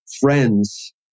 friends